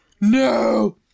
No